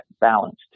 balanced